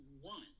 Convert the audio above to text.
one